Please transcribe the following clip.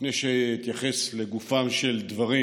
לפני שאתייחס לגופם של דברים,